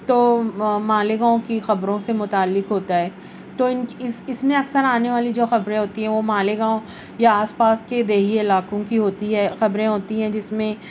تو مالیگاؤں کی خبروں سے متعلق ہوتا ہے تو ان اس اس میں اکثر آنے والی جو خبریں ہوتی ہیں وہ مالیگاؤں یا آس پاس کے دیہی علاقوں کی ہوتی ہے خبریں ہوتی ہیں جس میں